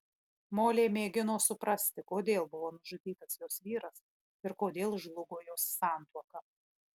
molė mėgino suprasti kodėl buvo nužudytas jos vyras ir kodėl žlugo jos santuoka